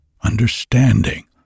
understanding